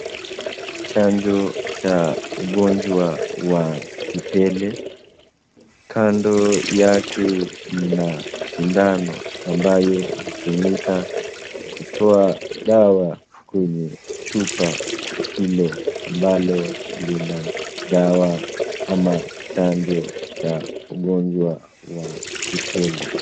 Chanjo cha ugonjwa wa kipele, kando yake ina sindano ambayo hutumika kutoa dawa kwenye chupa hilo ambalo lina dawa ama chanjo cha ugonjwa kipele.